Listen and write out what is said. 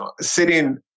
sitting